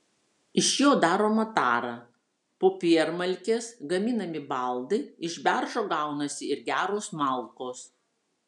iš jo daroma tara popiermalkės gaminami baldai iš beržo gaunasi ir geros malkos